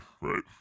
right